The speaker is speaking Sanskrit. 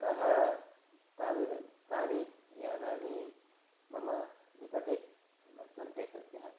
अतः तद् तानि यानानि मम निकटे वर्तन्ते सद्यः